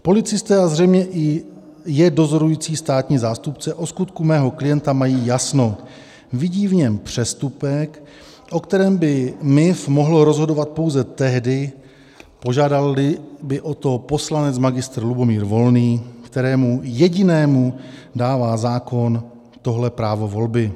Policisté a zřejmě i je dozorující státní zástupce o skutku mého klienta mají jasno, vidí v něm přestupek, o kterém by MIV mohl rozhodovat pouze tehdy, požádalli by o to poslanec Mgr. Lubomír Volný, kterému jedinému dává zákon tohle právo volby.